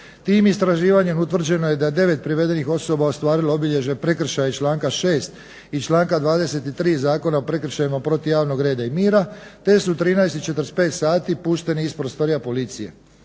Tim istraživanjem utvrđeno je da je 9 privedenih osoba ostvarilo obilježja prekršaj iz članka 6. i članka 23. Zakona o prekršajima protiv javnog reda i mira, te su u 13,45 sati pušteni iz prostorija policije.